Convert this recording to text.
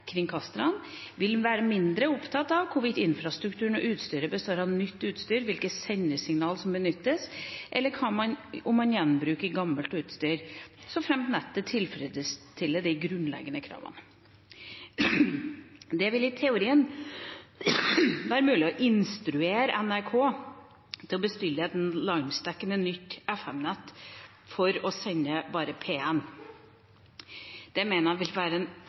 kringkasterne – vil være mindre opptatt av hvorvidt infrastrukturen og utstyret består av nytt utstyr, hvilke sendesignaler som benyttes, eller om man gjenbruker gammelt utstyr, såfremt nettet tilfredsstiller de grunnleggende kravene. Det vil i teorien være mulig å instruere NRK om å bestille et landsdekkende nytt FM-nett for å sende bare P1. Det mener jeg vil være en